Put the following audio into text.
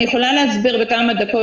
אני יכולה להסביר בכמה דקות,